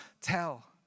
tell